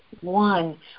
one